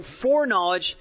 foreknowledge